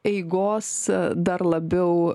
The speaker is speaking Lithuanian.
eigos dar labiau